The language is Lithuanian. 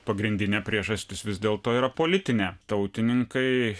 pagrindinė priežastis vis dėlto yra politinė tautininkai